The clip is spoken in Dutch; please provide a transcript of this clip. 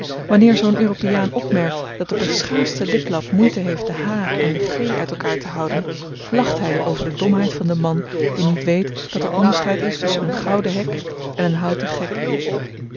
verkoopt wanneer zoo'n europeaan opmerkt dat de beschaafdste liplap moeite heeft de h en de g uit elkaar te houden lacht hy over de domheid van den man die niet weet dat er onderscheid is tusschen een gouden hek en een houten gek